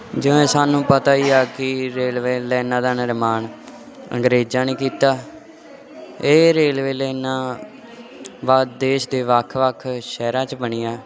ਜਿਵੇਂ ਸਾਨੂੰ ਪਤਾ ਹੀ ਆ ਕਿ ਰੇਲਵੇ ਲਾਈਨਾਂ ਦਾ ਨਿਰਮਾਣ ਅੰਗਰੇਜ਼ਾਂ ਨੇ ਕੀਤਾ ਇਹ ਰੇਲਵੇ ਲਾਈਨਾਂ ਬਾਅਦ ਦੇਸ਼ ਦੇ ਵੱਖ ਵੱਖ ਸ਼ਹਿਰਾਂ 'ਚ ਬਣੀਆਂ